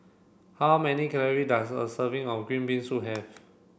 how many calorie does a serving of green bean soup have